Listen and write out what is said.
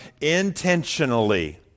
intentionally